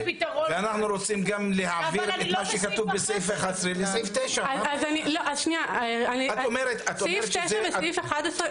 אנחנו רוצים גם להעביר את מה שכתוב בסעיף 11 לסעיף 9. סעיף 9 וסעיף 11,